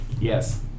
yes